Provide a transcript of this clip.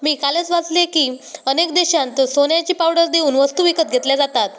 मी कालच वाचले की, अनेक देशांत सोन्याची पावडर देऊन वस्तू विकत घेतल्या जातात